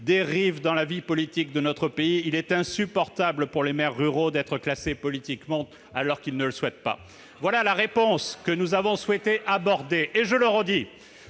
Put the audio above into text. dérive dans la vie politique de notre pays. Il est insupportable pour des maires ruraux d'être classés politiquement, alors qu'ils ne le souhaitent pas. » Voilà la réponse que nous avons souhaité aborder, et, je le redis,